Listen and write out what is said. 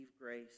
grace